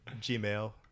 Gmail